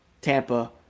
tampa